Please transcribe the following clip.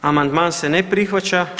Amandman se ne prihvaća.